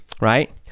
Right